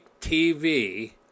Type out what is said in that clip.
TV